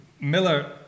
Miller